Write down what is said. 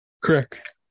correct